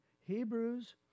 Hebrews